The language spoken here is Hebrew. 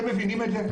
אתם מבינים את זה?